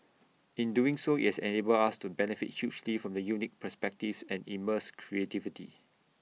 in doing so IT has enabled us to benefit hugely from the unique perspectives and immense creativity